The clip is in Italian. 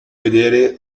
vedere